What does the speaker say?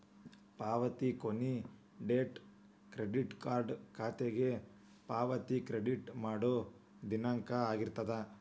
ಪಾವತಿ ಕೊನಿ date credit card ಖಾತೆಗೆ ಪಾವತಿ ಕ್ರೆಡಿಟ್ ಮಾಡೋ ದಿನಾಂಕನ ಆಗಿರ್ತದ